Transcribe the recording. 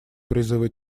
призывы